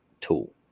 tool